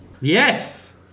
Yes